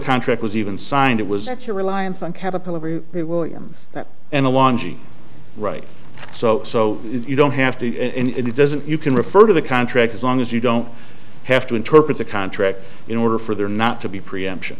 contract was even signed it was a reliance on caterpillar williams and along right so so you don't have to and it doesn't you can refer to the contract as long as you don't have to interpret the contract in order for there not to be preemption